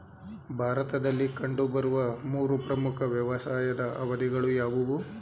ಭಾರತದಲ್ಲಿ ಕಂಡುಬರುವ ಮೂರು ಪ್ರಮುಖ ವ್ಯವಸಾಯದ ಅವಧಿಗಳು ಯಾವುವು?